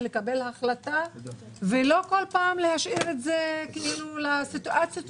לקבל החלטה ולא להשאיר את זה לנסיבות.